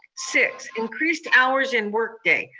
six, increased hours in work day.